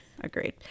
Agreed